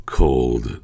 cold